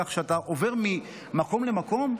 כך שכשאתה עובר ממקום למקום,